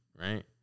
right